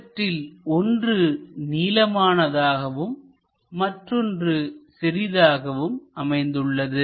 இவற்றில் ஒன்று நீளமானதாகவும் மற்றொன்று சிறிதாகவும் அமைந்துள்ளது